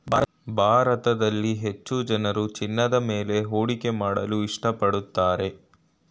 ಭಾರತದಲ್ಲಿ ಹೆಚ್ಚು ಜನರು ಚಿನ್ನದ ಮೇಲೆ ಹೂಡಿಕೆ ಮಾಡಲು ಇಷ್ಟಪಡುತ್ತಾರೆ